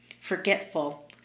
forgetful